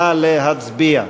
נא להצביע.